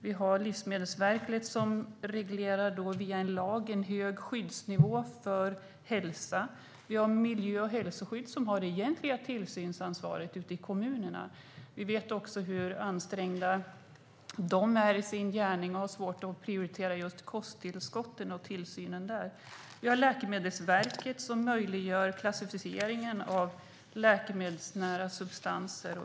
Vi har Livsmedelsverket, som reglerar via lag en hög skyddsnivå för hälsa, och miljö och hälsoskyddsnämnderna som har det egentliga tillsynsansvaret ute i kommunerna. Vi vet hur ansträngda de är i sin gärning och att de har svårt att prioritera just kosttillskotten och tillsynen när det gäller dessa. Vi har Läkemedelsverket, som möjliggör klassificeringen av läkemedelsnära substanser.